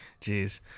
Jeez